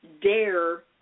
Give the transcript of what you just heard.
dare